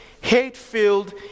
hate-filled